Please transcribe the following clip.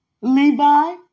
Levi